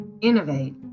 innovate